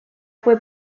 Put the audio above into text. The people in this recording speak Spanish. fue